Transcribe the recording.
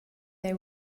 they